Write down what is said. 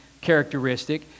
characteristic